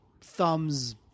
thumbs –